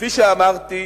כפי שאמרתי,